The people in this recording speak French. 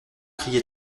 criaient